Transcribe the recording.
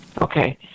Okay